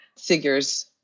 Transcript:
figures